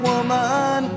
Woman